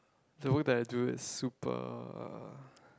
the work that I do is super